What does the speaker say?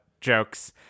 jokes